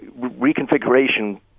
reconfiguration